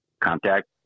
Contact